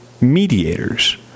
mediators